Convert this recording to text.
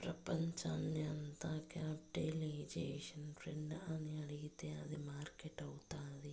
ప్రపంచాన్ని అంత capitalisation friend అని అడిగితే అది మార్కెట్ అవుతుంది